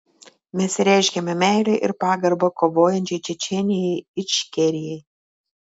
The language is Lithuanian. mes reiškiame meilę ir pagarbą kovojančiai čečėnijai ičkerijai